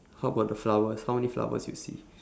how about the flowers how many flowers you see